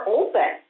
open